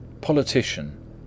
Politician